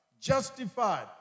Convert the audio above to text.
justified